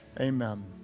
amen